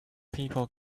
people